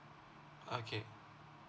okay